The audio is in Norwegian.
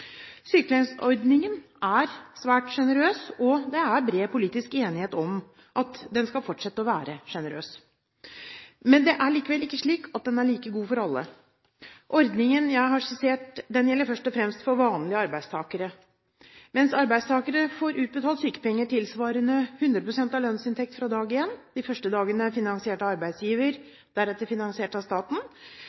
Sykelønnsordningen er svært sjenerøs, og det er bred politisk enighet om at den skal fortsette å være sjenerøs. Men det er likevel ikke slik at den er like god for alle. Ordningen jeg har skissert, gjelder først og fremst for vanlige arbeidstakere. Mens arbeidstakere får utbetalt sykepenger tilsvarende 100 pst. av lønnsinntekt fra dag én – de første dagene finansiert av arbeidsgiver, deretter finansiert av staten